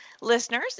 Listeners